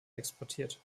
exportiert